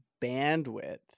bandwidth